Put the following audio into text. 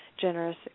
generous